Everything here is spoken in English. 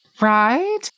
Right